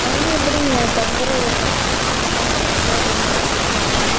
அங்கே எப்படிங்க தங்கிறது எல்லா அங்கே தங்கிறதுக்குலாம் ரூம் இருக்குதுங்களா